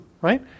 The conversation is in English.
right